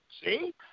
see